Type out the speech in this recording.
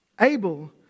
Abel